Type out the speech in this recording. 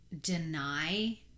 deny